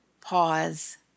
pause